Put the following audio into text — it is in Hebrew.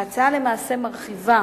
ההצעה למעשה מרחיבה